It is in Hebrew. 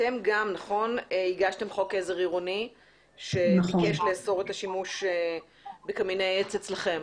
גם אתם הגשתם חוק עזר עירוני שביקש לאסור את השימוש בקמיני עץ אצלכם.